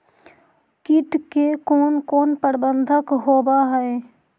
किट के कोन कोन प्रबंधक होब हइ?